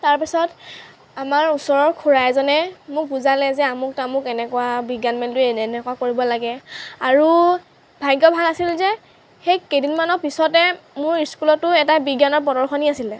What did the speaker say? তাৰপিছত আমাৰ ওচৰৰ খুড়া এজনে মোক বুজালে যে আমুক তামুক এনেকুৱা বিজ্ঞান মেলটো এনেকুৱা কৰিব লাগে আৰু ভাগ্য ভাল আছিল যে সেই কেইদিনমানৰ পিছতে মোৰ স্কুলতো এটা বিজ্ঞানৰ প্ৰদৰ্শনী আছিলে